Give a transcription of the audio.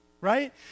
right